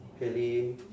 really